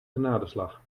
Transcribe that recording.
genadeslag